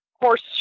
horse